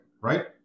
Right